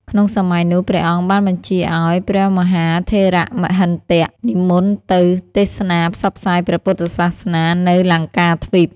ក្នុងសម័យនោះ ព្រះអង្គបានបញ្ជាឱ្យ ព្រះមហាថេរមហិន្ទ និមន្តទៅទេសនាផ្សព្វផ្សាយព្រះពុទ្ធសាសនានៅ លង្កាទ្វីប។